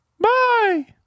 bye